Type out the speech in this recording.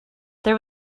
there